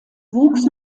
wuchs